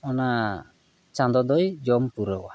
ᱚᱱᱟ ᱪᱟᱸᱫᱚ ᱫᱚᱭ ᱡᱚᱢ ᱯᱩᱨᱟᱹᱣᱟ